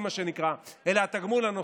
לא מהתגמול הבסיסי,